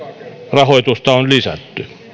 rahoitusta on lisätty